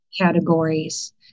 categories